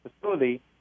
facility